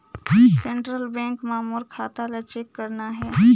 Central Bank मां मोर खाता ला चेक करना हे?